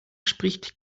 spricht